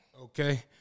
Okay